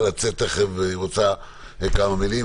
לצאת תיכף והיא רוצה לומר כמה מילים.